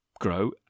grow